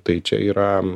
tai čia yra